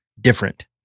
different